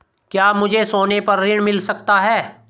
क्या मुझे सोने पर ऋण मिल सकता है?